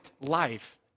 life